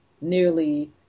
nearly